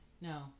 No